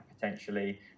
potentially